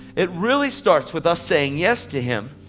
it really starts with us saying yes to him.